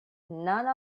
none